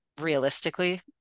realistically